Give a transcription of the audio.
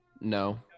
No